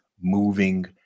moving